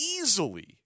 easily